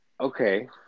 Okay